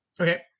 Okay